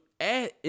add